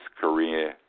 Korea